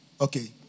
Okay